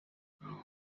uma